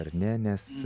ar ne nes